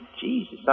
Jesus